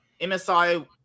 msi